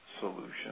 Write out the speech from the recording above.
Solution